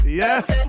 yes